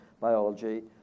biology